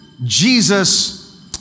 Jesus